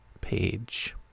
page